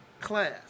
class